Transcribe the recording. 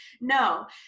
No